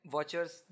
Watchers